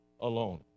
alone